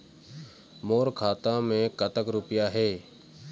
मोर खाता मैं कतक रुपया हे?